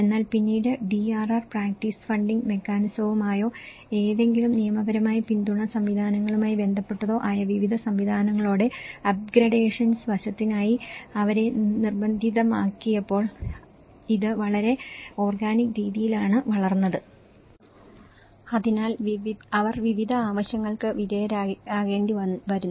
എന്നാൽ പിന്നീട് DRR practice funding മെക്കാനിസവുമായോ ഏതെങ്കിലും നിയമപരമായ പിന്തുണാ സംവിധാനങ്ങളുമായി ബന്ധപ്പെട്ടതോ ആയ വിവിധ സംവിധാനങ്ങളോടെ അപ് ഗ്രേഡേഷൻ വശത്തിനായി അവരെ നിർബന്ധിതമാക്കിയപ്പോൾ ഇത് വളരെ ഓർഗാനിക് രീതിയിലാണ് വളർന്നത് അതിനാൽ അവർ വിവിധ ആവശ്യങ്ങൾക്ക് വിധേയരാകേണ്ടിവരുന്നു